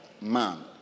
man